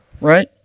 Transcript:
right